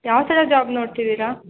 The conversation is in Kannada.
ಯಾವ ಥರ ಜಾಬ್ ನೋಡ್ತಿದ್ದೀರಾ